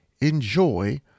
enjoy